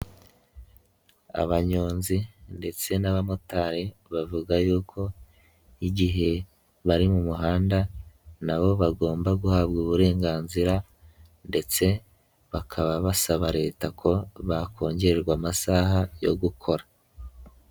Abanyonzi ndetse n'abamotari bavuga yuko igihe bari mu muhanda na bo bagomba guhabwa uburenganzira ndetse bakaba basaba Leta ko bakongererwa amasaha yo gukora.